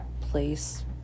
place